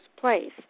place